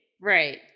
Right